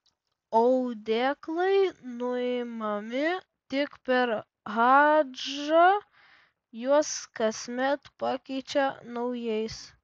audeklai nuimami tik per hadžą juos kasmet pakeičia naujais